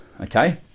okay